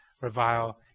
revile